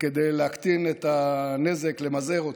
כדי להקטין את הנזק, למזער אותו.